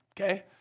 okay